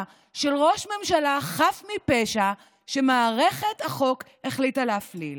של ראש ממשלה חף מפשע שמערכת החוק החליטה להפליל.